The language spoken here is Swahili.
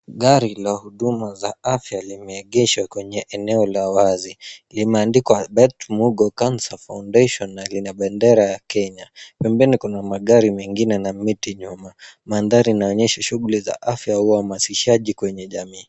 Gari la huduma za afya limeegeshwa kwenye eneo la wazi. Limeandikwa Bett Mugo cancer foundation na lina bendera ya Kenya. Pembeni kuna magari mengine na miti nyuma. Mandhari inaonyesha shughuli za afya au uhamasishaji kwenye jamii.